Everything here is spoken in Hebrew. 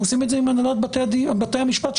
אנחנו עושים את זה עם הנהלת בתי המשפט,